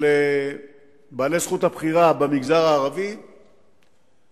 של בעלי זכות הבחירה במגזר הערבי תהיה,